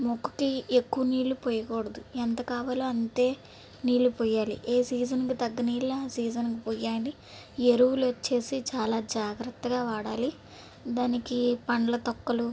మొక్కకి ఎక్కువ నీళ్ళు పోయకూడదు ఎంత కావాలో అంతే నీళ్ళు పోయాలి ఏ సీజన్కి తగ్గ నీళ్ళు ఆ సీజన్కి పోయండి ఎరువులు వచ్చేసి చాలా జాగ్రత్తగా వాడాలి దానికి పండ్ల తొక్కలు